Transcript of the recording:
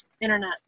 internet